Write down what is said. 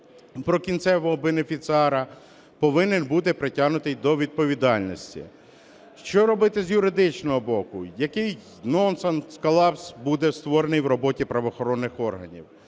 про кінцевого бенефіціара, повинен бути притягнутий до відповідальності. Що робити з юридичного боку? Який нонсенс, колапс буде створений у роботі правоохоронних органів?